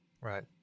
Right